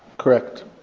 correct.